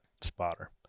spotter